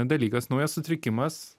dalykas naujas sutrikimas